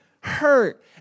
Hurt